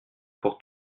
pour